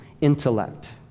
intellect